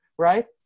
Right